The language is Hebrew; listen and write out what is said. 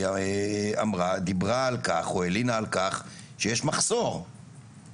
היא דיברה על כך או הלינה על כך שיש מחסור במורים,